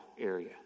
area